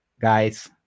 guys